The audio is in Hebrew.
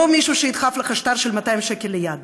לא מישהו שידחוף לך שטר של 200 שקל ליד,